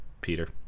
Peter